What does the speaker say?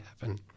happen